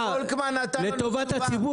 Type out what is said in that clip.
אין לעניים כסף לשלם על לובי.